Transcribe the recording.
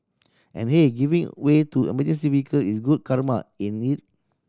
and hey giving way to emergency vehicle is good karma ain't it